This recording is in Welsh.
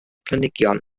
planhigion